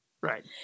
Right